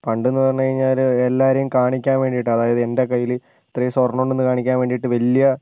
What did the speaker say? പണ്ട് എന്നു പറഞ്ഞ് കഴിഞ്ഞാൽ എല്ലാരെയും കാണിക്കാൻ വേണ്ടിട്ട് അതായത് എൻ്റെ കയ്യിൽ ഇത്രയും സ്വർണമുണ്ടെന്ന് കാണിക്കാൻ വേണ്ടീട്ട് വലിയ